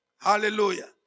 Hallelujah